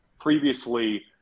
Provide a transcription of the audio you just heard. previously